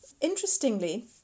interestingly